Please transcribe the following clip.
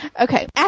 Okay